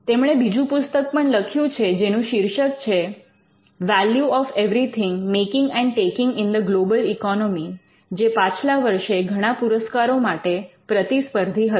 તેમણે બીજું પુસ્તક પણ લખ્યું છે જેનું શીર્ષક છે value of everything making and taking in the global economy Value of Everything Making and Taking in the Global Economy જે પાછલા વર્ષે ઘણા પુરસ્કારો માટે પ્રતિસ્પર્ધી હતું